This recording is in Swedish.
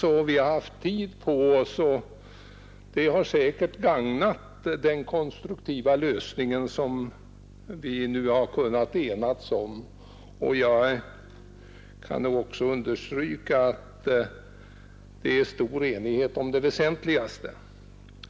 Vi har alltså haft tid på oss, och det har säkerligen gagnat den konstruktiva lösning som vi nu har kunnat enas om. Jag kan också understryka att det är stor enighet om det väsentligaste.